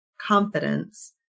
confidence